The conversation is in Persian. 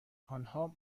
آنها